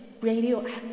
radioactive